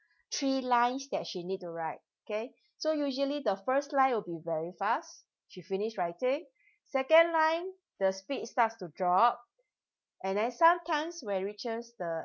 three lines that she need to write okay so usually the first line will be very fast she finish writing second line the speed starts to drop and then sometimes when reaches the